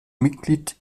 mitglied